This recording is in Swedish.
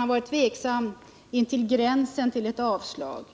har varit tveksam intill gränsen av ett avstyrkande.